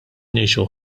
ngħixu